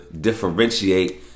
differentiate